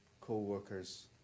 co-workers